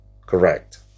Correct